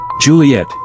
Juliet